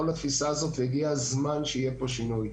כל התפיסה הזאת והגיע הזמן שיהיה כאן שינוי.